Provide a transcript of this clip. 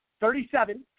Thirty-seven